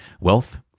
wealth